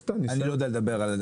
אני לא יודע לדבר על זה.